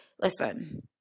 listen